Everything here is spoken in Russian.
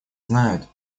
знают